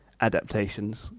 adaptations